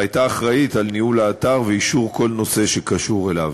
והיא הייתה אחראית לניהול האתר ולאישור כל נושא שקשור אליו.